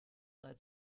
sei